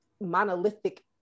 monolithic